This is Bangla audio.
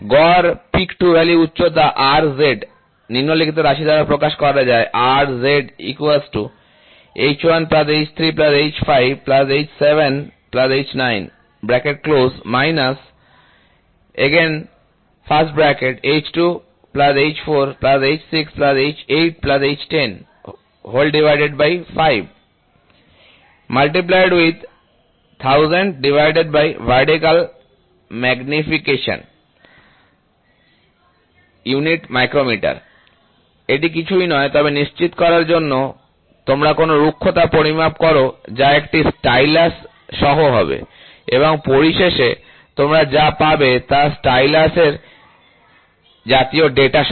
গড় পিক টু ভ্যালি উচ্চতা Rz নিম্নলিখিত রাশি দ্বারা প্রকাশ করা যায় এটি কিছুই নয় তবে এটি নিশ্চিত করার জন্য তোমরা কোনও রুক্ষতা পরিমাপ করো যা একটি স্টাইলাস সহ হবে এবং পরিশেষে তোমরা যা পাবে তা স্টাইলাস এই জাতীয় ডেটা সহ